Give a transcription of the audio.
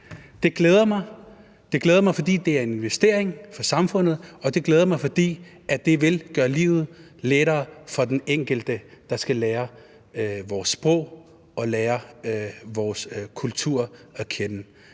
Det glæder mig, fordi det er en investering for samfundet, og det glæder mig, fordi det vil gøre livet lettere for den enkelte, der skal lære vores sprog og lære vores kultur at kende.